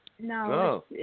No